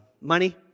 money